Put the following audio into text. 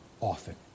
often